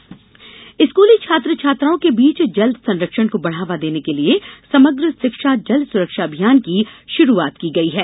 जल अभियान स्कूली छात्र छात्राओं के बीच जल संरक्षण को बढ़ावा देने के लिए समग्र शिक्षा जल सुरक्षा अभियान की शुरुआत की गई है